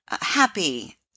happy